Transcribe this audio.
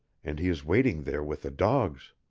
and he is waiting there with the dogs.